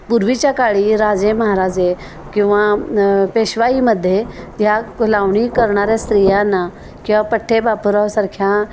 पूर्वीच्या काळी राजे महाराजे किंवा पेशवाईमधे ह्या लावणी करणाऱ्या स्त्रियांना किंवा पठ्ठेबापुराव सारख्या